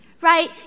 Right